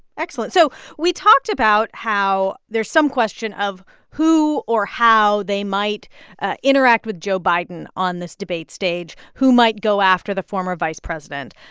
excellent. so we talked about how there's some question of who or how they might interact with joe biden on this debate stage, who might go after the former vice president.